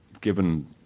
given